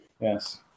Yes